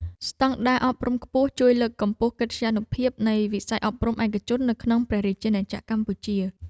ស្តង់ដារអប់រំខ្ពស់ជួយលើកកម្ពស់កិត្យានុភាពនៃវិស័យអប់រំឯកជននៅក្នុងព្រះរាជាណាចក្រកម្ពុជា។